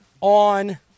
on –